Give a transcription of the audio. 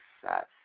success